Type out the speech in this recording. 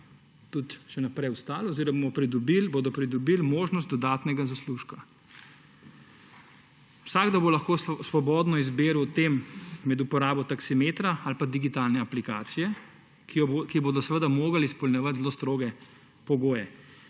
tudi še naprej ostalo oziroma bomo pridobili, bodo pridobili možnost dodatnega zaslužka. Vsakdo bo lahko svobodno izbiral v tem med uporabo taksimetra ali pa digitalne aplikacije, ki jo bodo seveda morali izpolnjevati zelo stroge pogoje.